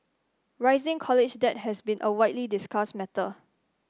rising college debt has been a widely discussed matter